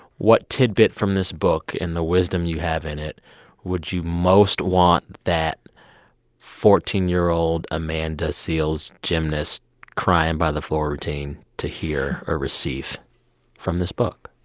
what tidbit from this book and the wisdom you have in it would you most want that fourteen year old amanda seales, gymnast crying by the floor routine, to hear or receive from this book?